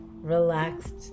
relaxed